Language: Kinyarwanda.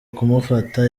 kumufata